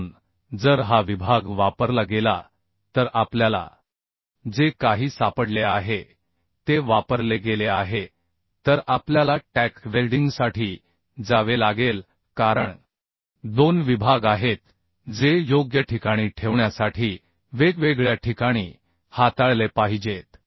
म्हणून जर हा विभाग वापरला गेला तर आपल्याला जे काही सापडले आहे ते वापरले गेले आहे तर आपल्याला टॅक वेल्डिंगसाठी जावे लागेल कारण दोन विभाग आहेत जे योग्य ठिकाणी ठेवण्यासाठी वेगवेगळ्या ठिकाणी हाताळले पाहिजेत